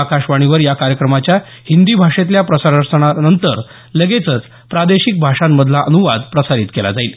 आकाशवाणीवर या कार्यक्रमाच्या हिंदी भाषेतल्या प्रसारणानंतर लगेचच प्रादेशिक भाषांमधला अनुवाद प्रसारित केला जाईल